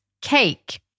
cake